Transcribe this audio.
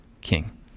king